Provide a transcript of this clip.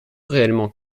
réellement